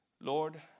lord